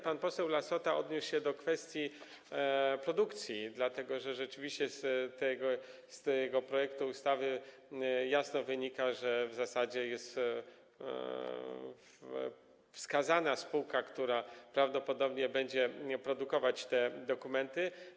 Pan poseł Lassota odniósł się do kwestii produkcji, dlatego że rzeczywiście z tego projektu ustawy jasno wynika, że w zasadzie jest wskazana spółka, która prawdopodobnie będzie produkować te dokumenty.